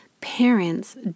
parents